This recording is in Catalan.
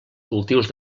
cultius